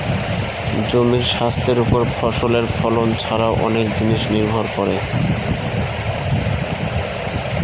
জমির স্বাস্থ্যের ওপর ফসলের ফলন ছারাও অনেক জিনিস নির্ভর করে